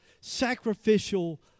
sacrificial